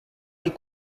les